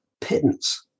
pittance